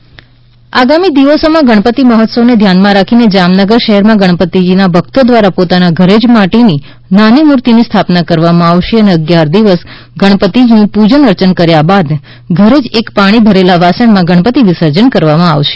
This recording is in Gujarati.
ગણપતિ માટી જામનગર આગામી દિવસોમાં ગણપતિ મહોત્સવને ધ્યાનમાં રાખી જામનગર શહેરમાં ગણપતિજીના ભક્તો દ્વારા પોતાના ઘરે જ માટીની નાની મૂર્તિની સ્થાપના કરવામાં આવશે અને અગિયાર દિવસ ગણપતિજીનું પૂજન અર્ચન કર્યા બાદ ઘરે જ એક પાણી ભરેલા વાસણમાં ગણપતિ વિસર્જન કરવામાં આવશે